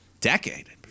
decade